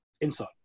insight